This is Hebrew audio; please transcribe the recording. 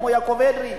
כמו יעקב אדרי,